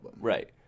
Right